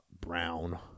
brown